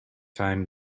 times